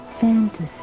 Fantasy